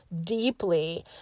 deeply